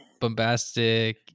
bombastic